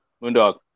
Moondog